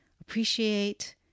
appreciate